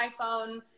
iPhone